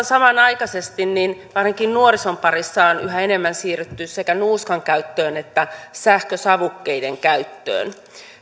samanaikaisesti ainakin nuorison parissa on yhä enemmän siirrytty sekä nuuskan käyttöön että sähkösavukkeiden käyttöön pidän